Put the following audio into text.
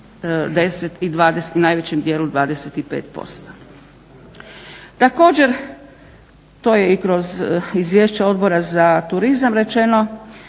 i najvećim dijelom 25%. Također, to je i kroz Izvješće Odbora za turizam rečeno